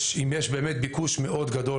אם יש באמת ביקוש מאוד גדול,